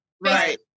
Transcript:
Right